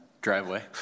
driveway